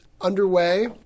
underway